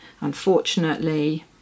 unfortunately